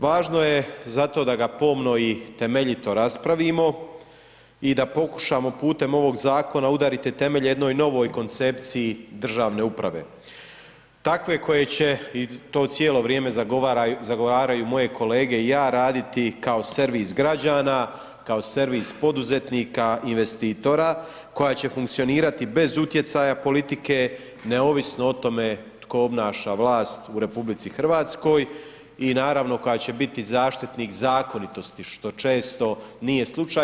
Važno je zato da ga pomno i temeljito raspravimo i da pokušamo putem ovog zakona udariti temelje jednoj novoj koncepciji državne uprave, takve koje će i to cijelo vrijeme zagovaraju moje kolege i ja raditi kao servis građana, kao servis poduzetnika investitora koja će funkcionirati bez utjecaja politike neovisno o tome tko obnaša vlast u RH i naravno koja će biti zaštitnik zakonitosti što često nije slučaj.